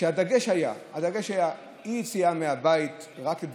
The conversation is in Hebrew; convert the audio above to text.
כשהדגש היה אי-יציאה מהבית אלא רק